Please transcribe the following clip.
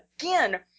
again